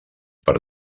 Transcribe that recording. per